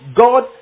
God